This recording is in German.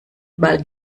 mal